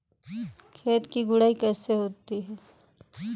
खेत की गुड़ाई कैसे होती हैं?